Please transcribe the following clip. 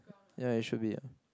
ya it should be ah